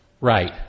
Right